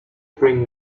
bring